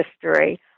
history